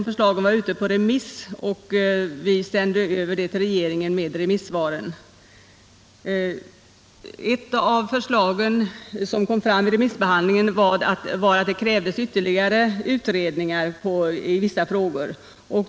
Förslagen hade varit ute på remiss, och vi sände sedan över dem till regeringen med remissvaren. Ett av de förslag som kom fram vid remissbehandlingen var att det krävdes ytterligare utredningar i vissa frågor.